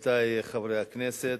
עמיתי חברי הכנסת,